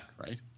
right